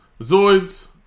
Zoids